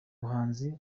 buhanzi